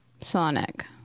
Sonic